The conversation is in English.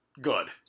Good